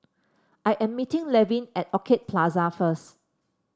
I am meeting Levin at Orchid Plaza first